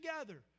together